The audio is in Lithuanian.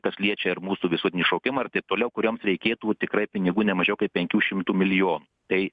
kas liečia ir mūsų visuotinį šaukimą ir taip toliau kurioms reikėtų tikrai pinigų nemažiau kaip penkių šimtų milijonų tai